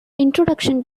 introduction